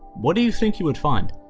what do you think you would find?